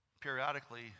periodically